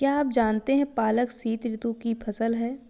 क्या आप जानते है पालक शीतऋतु की फसल है?